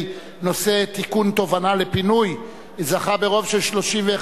הנושא תובענה לפינוי זכתה ברוב של 31,